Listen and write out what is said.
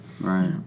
Right